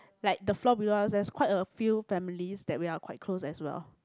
like the floor below us there is quite a few families that we are quite close as well